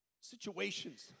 situations